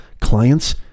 clients